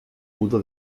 pudo